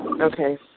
Okay